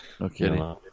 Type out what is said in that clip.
Okay